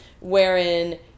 wherein